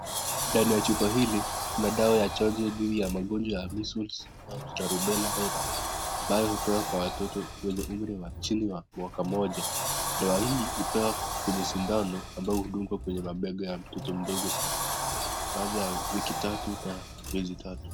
Ndani ya chupa hili kuna dawa ya chanjo ya magonjwa mumps, measles na rubella virus ambao hupewa kwa watoto wenye umri ya chini ya mwaka mmoja na dawa hii hupewa kwenye sindano yenye hudungwa kwa mabega baada ya wiki tatu miezi tatu.